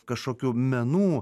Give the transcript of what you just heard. kažkokių menų